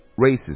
racist